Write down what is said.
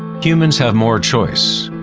humans have more choice.